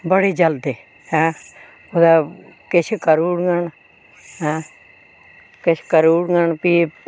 बडे़ जलदे ऐं कुदै किश करू ओड़ङन ऐं किश करी ओड़ङन भी